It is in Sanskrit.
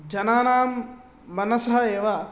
जनानां मनसः एव